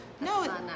no